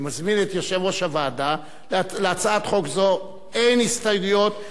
הודעה למזכירת הכנסת, בבקשה.